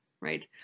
right